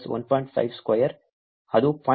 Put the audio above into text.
5 square ಅದು 0